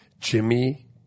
Jimmy